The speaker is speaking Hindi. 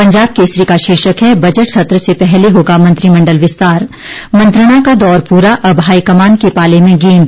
पंजाब केसरी का शीर्षक है बजट सत्र से पहले होगा मंत्रिमंडल विस्तार मंत्रणा का दौर पूरा अब हाई कमान के पाले में गेंद